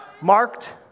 Marked